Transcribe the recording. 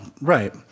right—